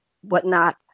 whatnot